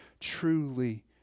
truly